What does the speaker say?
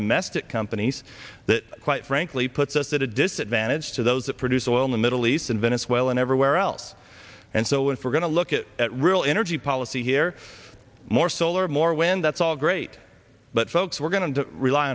domestic companies that quite frankly puts us at a disadvantage to those that produce oil in the middle east in venezuela and everywhere else and so if we're going to look at real energy policy here more solar more wind that's all great but folks we're going to rely